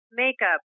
makeup